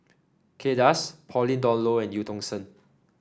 Kay Das Pauline Dawn Loh and Eu Tong Sen